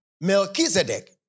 Melchizedek